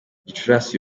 gicurasi